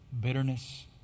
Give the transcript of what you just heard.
bitterness